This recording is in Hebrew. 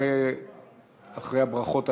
אחרי הברכות האלה,